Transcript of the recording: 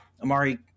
amari